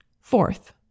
Fourth